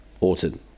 Orton